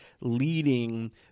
leading